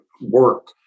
work